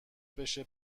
بشه